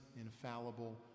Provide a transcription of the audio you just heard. infallible